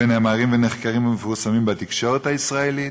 ונאמרים ונחקרים ומתפרסמים בתקשורת הישראלית,